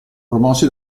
promossi